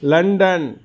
London